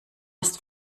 ist